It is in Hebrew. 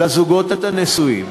לזוגות הנשואים.